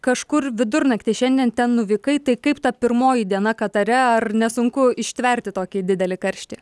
kažkur vidurnaktį šiandien ten nuvykai tai kaip ta pirmoji diena katare ar nesunku ištverti tokį didelį karštį